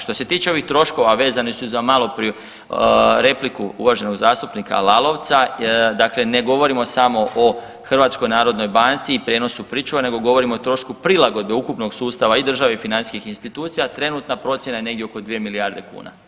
Što se tiče ovih troškova vezani su za maloprije repliku uvaženog zastupnika Lalovca, dakle ne govorimo samo o HNB-u i prijenosu pričuve, nego govorimo o trošku prilagodbe ukupnog sustava i države i financijskih institucija, trenutna procjena je negdje oko 2 milijarde kuna.